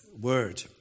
word